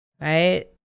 right